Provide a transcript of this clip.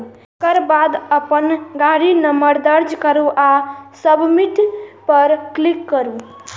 एकर बाद अपन गाड़ीक नंबर दर्ज करू आ सबमिट पर क्लिक करू